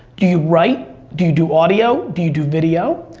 do you write? do you do audio? do you do video?